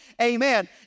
amen